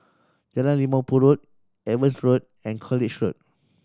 Jalan Limau Purut Evans Road and College Road